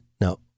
No